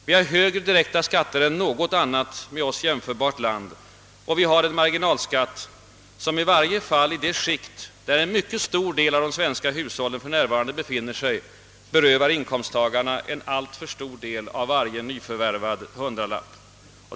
Vi har högre direkta skatter än något annat med oss jämförbart land, och vi har en marginalskatt som i varje fall i de skikt där en mycket stor del av de svenska hushållen befinner sig berövar inkomsttagarna en alltför stor del av varje nyförvärvad hundralapp.